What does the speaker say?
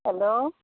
hello